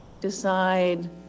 decide